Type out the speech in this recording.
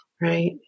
right